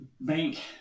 bank